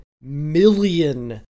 million